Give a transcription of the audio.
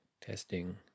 Testing